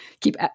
keep